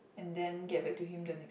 and then get back to him the next